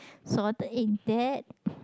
salted egg that